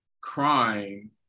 crying